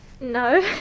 No